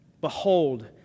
behold